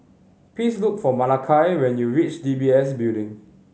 please look for Malakai when you reach D B S Building